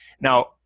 Now